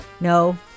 no